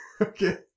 Okay